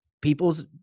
people's